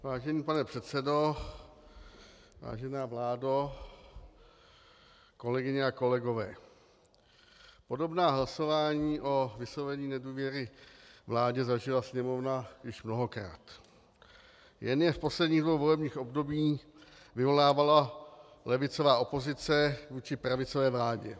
Vážený pane předsedo, vážená vládo, kolegyně a kolegové, podobná hlasování o vyslovení nedůvěry vládě zažila Sněmovna již mnohokrát, jen je v posledních dvou volebních obdobích vyvolávala levicová opozice vůči pravicové vládě.